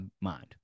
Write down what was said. mind